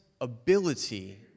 ability